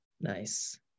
Nice